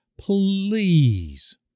Please